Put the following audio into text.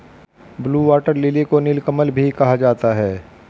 blue water lily को नीलकमल भी कहा जाता है